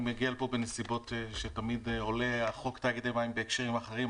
אני מגיע לפה בנסיבות שתמיד עולה חוק תאגידי מים בהקשרים אחרים.